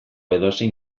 edozein